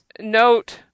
Note